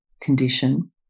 condition